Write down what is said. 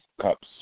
cups